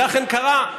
זה אכן קרה,